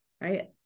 Right